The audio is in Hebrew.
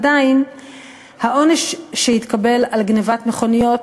עדיין העונש שהתקבל על גנבת מכוניות